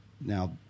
Now